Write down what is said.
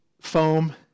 foam